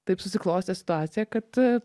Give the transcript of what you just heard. taip susiklostė situacija kad